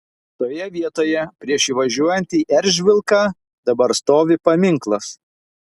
toje vietoje prieš įvažiuojant į eržvilką dabar stovi paminklas